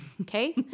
Okay